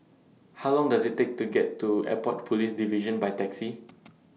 How Long Does IT Take to get to Airport Police Division By Taxi